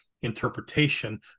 interpretation